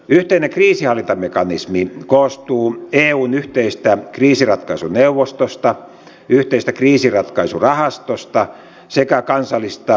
yhteinen kriisihallintamekanismi koostuu eun yhteisestä kriisinratkaisuneuvostosta yhteisestä kriisinratkaisurahastosta sekä kansallisista kriisinratkaisuviranomaisista